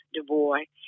DuBois